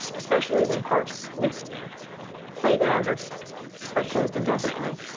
especially when parks with playgrounds are are closed indefinitely.